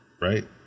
right